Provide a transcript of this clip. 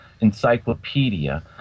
Encyclopedia